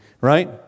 Right